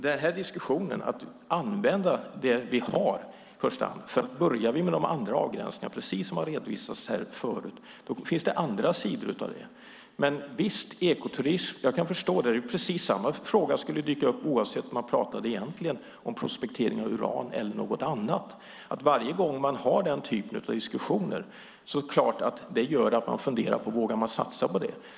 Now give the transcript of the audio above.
Det gäller att använda det vi har i första hand, för börjar vi med de andra avgränsningarna då finns det andra sidor av detta, precis som redovisats tidigare. Visst, jag kan förstå argumentet med ekoturism. Samma fråga skulle egentligen kunna dyka upp oavsett om man talade om prospektering av uran eller något annat. Varje gång man har den typen av diskussioner funderar man förstås på om man vågar satsa på det.